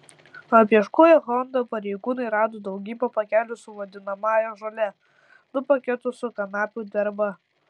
apieškoję honda pareigūnai rado daugybę pakelių su vadinamąją žole du paketus su kanapių derva